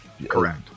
Correct